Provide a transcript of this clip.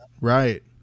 Right